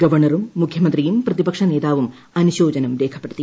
ഗവർണറും മുഖ്യമന്ത്രിയും പ്രതിപക്ഷ നേതാവും അനുശോചനം രേഖപ്പെടുത്തി